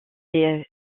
est